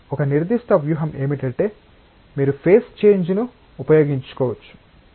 ఒక నిర్దిష్ట వ్యూహం ఏమిటంటే మీరు ఫేస్ చేంజ్ ను ఉపయోగించుకోవచ్చు